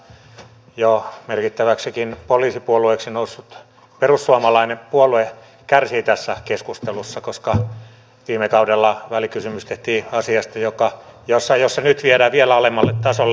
on ihan ymmärrettävää että jo merkittäväksikin poliisipuolueeksi noussut perussuomalainen puolue kärsii tässä keskustelussa koska viime kaudella välikysymys tehtiin asiasta jossa nyt viedään vielä alemmalle tasolle